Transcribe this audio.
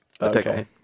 Okay